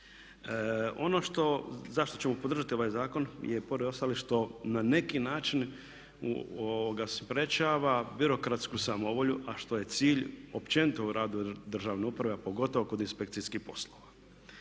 Ono zašto ćemo podržati ovaj zakon je pored ostalog što na neki način sprječava birokratsku samovolju, a što je cilj općenito u radu državne uprave a pogotovo kod inspekcijskih poslova.